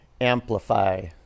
amplify